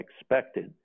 expected